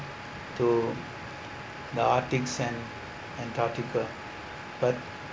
to the arctic and antarctica but